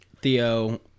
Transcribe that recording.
Theo